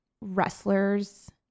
wrestlers